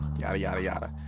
yadda, yadda, yadda.